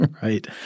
Right